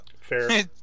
fair